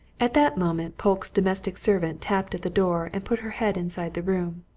at that moment polke's domestic servant tapped at the door and put her head inside the room.